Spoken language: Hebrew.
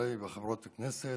חברי וחברות הכנסת,